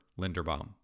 Linderbaum